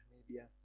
Media